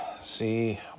see